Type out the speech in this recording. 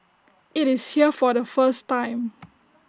IT is here for the first time